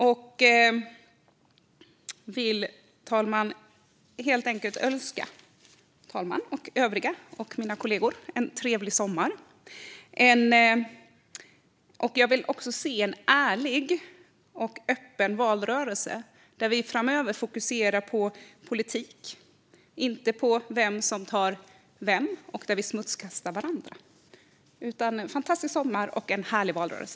Jag vill helt enkelt önska talmannen, mina kollegor och övriga en trevlig sommar! Jag vill också se en ärlig och öppen valrörelse där vi fokuserar på politik och inte på vem som tar vem och där vi inte smutskastar varandra. En fantastisk sommar och en härlig valrörelse!